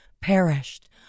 perished